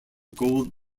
gold